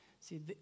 See